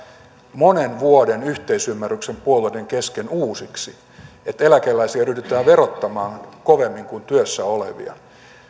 monen vuoden yhteisymmärryksen puolueiden kesken uusiksi että eläkeläisiä ryhdytään verottamaan kovemmin kuin työssä olevia